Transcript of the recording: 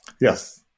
Yes